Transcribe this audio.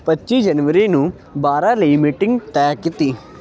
ਪੱਚੀ ਜਨਵਰੀ ਨੂੰ ਬਾਰਾਂ ਲਈ ਮੀਟਿੰਗ ਤੈਅ ਕੀਤੀ